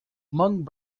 among